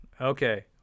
okay